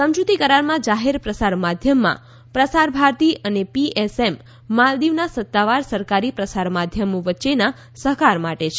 સમજૂતી કરારમાં જાહેર પ્રસાર માધ્યમમાં પ્રસાર ભારતી અને પીએસએમ માલદિવના સત્તાવાર સરકારી પ્રસાર માધ્યમો વચ્ચેના સહકાર માટે છે